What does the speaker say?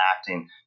acting